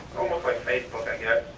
almost like facebook i guess.